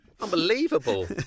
Unbelievable